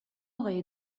آقای